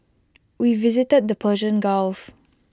we visited the Persian gulf